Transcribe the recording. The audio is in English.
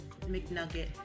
McNugget